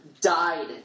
died